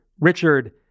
Richard